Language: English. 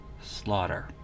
slaughter